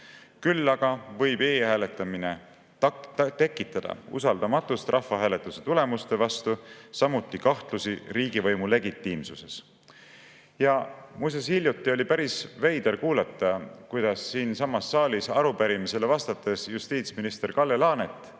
Küll aga võib e‑hääletamine tekitada usaldamatust rahvahääletuse tulemuste vastu, samuti kahtlusi riigivõimu legitiimsuses. Muuseas, hiljuti oli päris veider kuulata, kuidas siinsamas saalis arupärimisele vastates justiitsminister Kalle Laanet